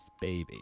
Baby